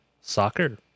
soccer